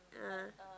ah